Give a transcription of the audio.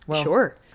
Sure